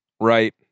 Right